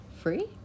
free